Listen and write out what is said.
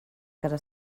casa